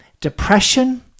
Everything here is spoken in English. depression